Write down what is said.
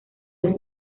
dos